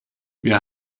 wir